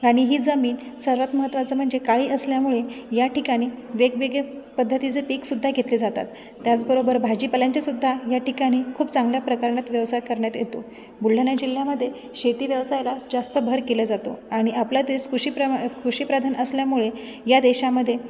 आणि ही जमीन सर्वात महत्त्वाचं म्हणजे काळी असल्यामुळे या ठिकाणी वेगवेगळ्या पद्धतीचे पिकंसुद्धा घेतले जातात त्याचबरोबर भाजीपाल्यांची सुद्धा याठिकाणी खूप चांगल्या प्रकारणात व्यवसाय करण्यात येतो बुलढाणा जिल्ह्यामध्ये शेती व्यवसायाला जास्त भर केला जातो आणि आपला देश कुशीप्रमा कृषिप्रधान असल्यामुळे या देशामध्ये